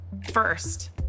First